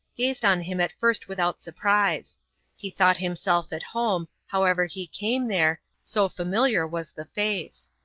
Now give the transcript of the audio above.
gazed on him at first without surprise he thought himself at home, however he came there, so familiar was the face.